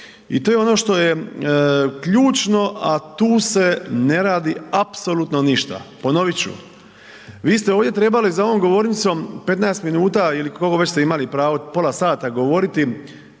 I to je ono što je ključno a tu se ne radi apsolutno ništa. Ponoviti ću, vi ste ovdje trebali za ovom govornicom 15 minuta ili koliko već ste imali pravo, pola sata govoriti,